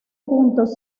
puntos